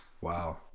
Wow